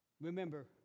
Remember